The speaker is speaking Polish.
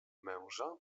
męża